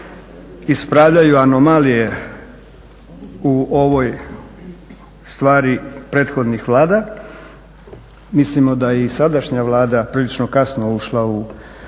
ispravljaju anomalije u ovoj stvari prethodnih vlada, mislimo da i sadašnja Vlada prilično kasno ušla u